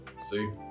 See